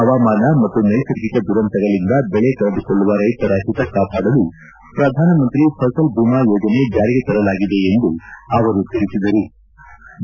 ಹವಾಮಾನ ಮತ್ತು ನೈಸರ್ಗಿಕ ದುರಂತಗಳಿಂದ ಬೆಳೆ ಕಳೆದುಕೊಳ್ಳುವ ರೈತರ ಹಿತ ಕಾಪಾಡಲು ಪ್ರಧಾನಮಂತ್ರಿ ಫಸಲ್ ಭೀಮಾ ಯೋಜನೆ ಜಾರಿಗೆ ತರಲಾಗಿದೆ ಎಂದು ಅವರು ತಿಳಿಸದಿರು